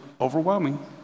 overwhelming